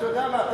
אתה יודע מה?